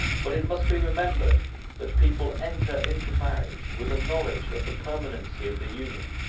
but it must be remembered that people enter into marriage with a knowledge of the permanency of the union,